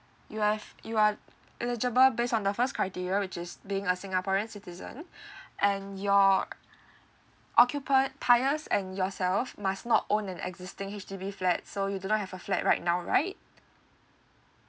you have you are eligible based on the first criteria which is being a singaporean citizen and your occupa~ occupiers and yourself must not own an existing H_D_B flat so you do not have a flat right now right